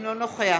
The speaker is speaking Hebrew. אינו נוכח